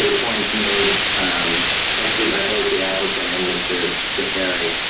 the points made um actually by both the applicant and mr. ciferri.